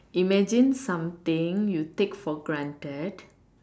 imagine something you take something for granted